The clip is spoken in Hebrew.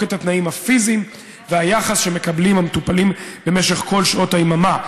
את התנאים הפיזיים והיחס שמקבלים המטופלים במשך כל שעות היממה.